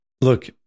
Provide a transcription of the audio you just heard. Look